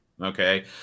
Okay